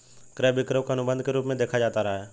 क्रय विक्रय को अनुबन्ध के रूप में देखा जाता रहा है